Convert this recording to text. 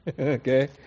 Okay